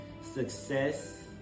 success